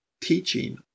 teaching